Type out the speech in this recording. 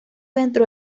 dentro